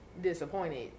disappointed